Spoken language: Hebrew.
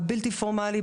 הבלתי-פורמלי,